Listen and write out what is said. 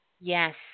Yes